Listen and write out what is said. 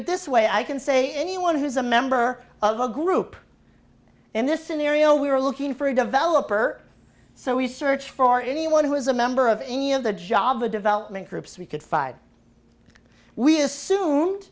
it this way i can say anyone who's a member of a group in this scenario we're looking for a developer so we search for anyone who is a member of any of the job the development groups we could five we assumed